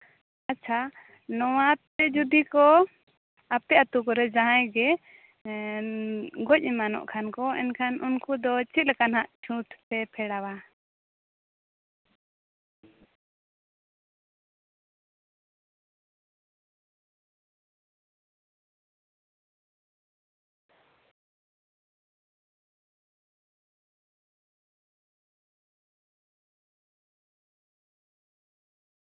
ᱟᱪᱪᱷᱟ ᱱᱚᱣᱟᱛᱮ ᱡᱩᱫᱤ ᱠᱚ ᱟᱯᱮ ᱟᱛᱳ ᱠᱚᱨᱮ ᱡᱟᱦᱟᱸᱭ ᱜᱮ ᱜᱚᱡ ᱮᱢᱟᱱᱚᱜ ᱠᱷᱟᱱ ᱠᱚ ᱮᱱᱠᱷᱟᱱ ᱩᱱᱠᱩ ᱫᱚ ᱪᱮᱫᱞᱮᱠᱟ ᱱᱟᱜ ᱪᱷᱩᱸᱛ ᱯᱮ ᱯᱷᱮᱲᱟᱣᱟ